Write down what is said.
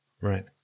Right